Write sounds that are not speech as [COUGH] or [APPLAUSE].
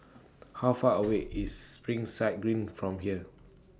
How Far [NOISE] away IS Springside Green from here